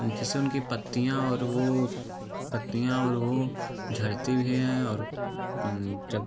जिससे उनकी पत्तियाँ और वे पत्तियाँ और वे झड़ती भी हैं और जब